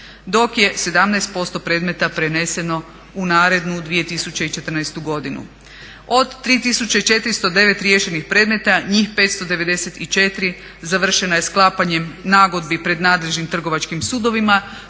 dok je 17% predmeta preneseno u narednu 2014. godinu. Od 3409 riješenih predmeta njih 594 završeno je sklapanjem nagodbi pred nadležnim trgovačkim sudovima